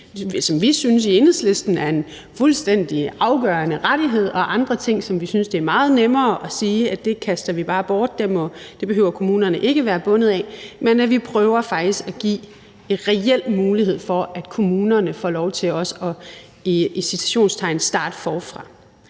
som vi i Enhedslisten eksempelvis synes er en fuldstændig afgørende rettighed, og andre ting, som vi synes det er meget nemmere at sige at vi bare kaster bort, og som kommunerne ikke behøver være bundet af. Vi prøver faktisk at give en reel mulighed for, at kommunerne får lov til – i citationstegn – at starte forfra.